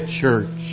church